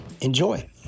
Enjoy